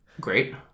Great